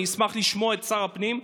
אני אשמח לשמוע את שר הפנים,